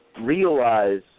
realize